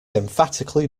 emphatically